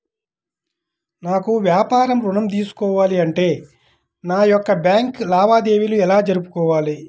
నాకు వ్యాపారం ఋణం తీసుకోవాలి అంటే నా యొక్క బ్యాంకు లావాదేవీలు ఎలా జరుపుకోవాలి?